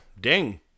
ding